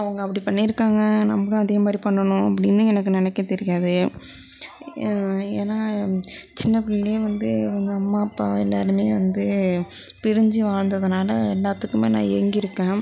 அவங்க அப்படி பண்ணியிருக்காங்க நம்மளும் அதே மாதிரி பண்ணனும் அப்படினு எனக்கு நினைக்க தெரியாது ஏன்னா சின்ன பிள்ளையிலையே வந்து உங்க அம்மா அப்பா எல்லாருமே வந்து பிரிஞ்சு வாழ்ந்ததுனால எல்லாத்துக்குமே நான் ஏங்கியிருக்கேன்